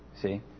See